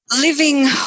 living